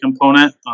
component